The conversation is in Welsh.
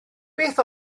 beth